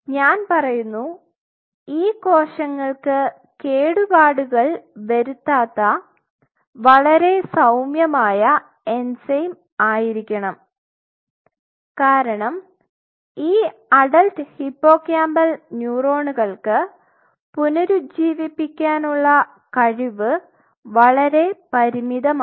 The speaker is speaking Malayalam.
ഞാൻ പറയുന്നു ഈ കോശങ്ങൾക്ക് കേടുപാടുകൾ വരുത്താത്ത വളരെ സൌമ്യമായ എൻസൈം ആയിരിക്കണം കാരണം ഈ അഡൽറ്റ് ഹിപ്പോകാമ്പൽ ന്യൂറോണുകൾക്ക് പുനരുജ്ജീവിപ്പിക്കാനുള്ള കഴിവ് വളരെ പരിമിതമാണ്